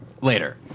later